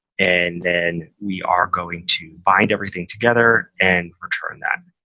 and then we are going to bind everything together and return that.